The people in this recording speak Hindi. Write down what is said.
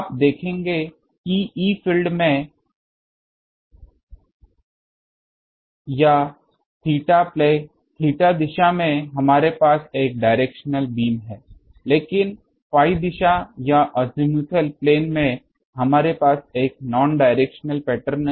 आप देखेंगे कि E फील्ड में या थीटा प्ले थीटा दिशा में हमारे पास एक डायरेक्शनल बीम है लेकिन Phi दिशा या अजीमुथल प्लेन में हमारे पास एक नॉन डायरेक्शनल पैटर्न है